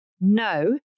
no